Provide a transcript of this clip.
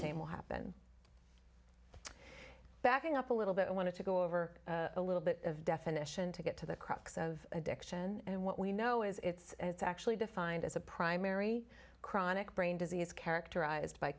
same will happen backing up a little bit i want to go over a little bit of definition to get to the crux of addiction and what we know is it's actually defined as a primary chronic brain disease characterized by